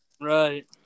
Right